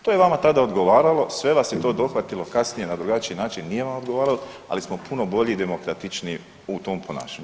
To je vama tad odgovaralo, sve vas je to dohvatilo kasnije na drugačiji način, nije vam odgovaralo, ali smo puno bolji i demokratičniji u tom ponašanju.